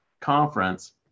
conference